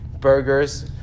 burgers